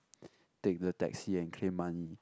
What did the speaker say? take the Taxi and claim money